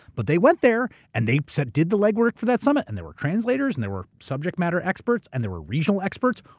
but they went there and they did the legwork for that summit, and there were translators and they were subject matter experts and there were regional experts,